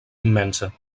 immensa